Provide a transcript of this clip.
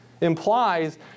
Implies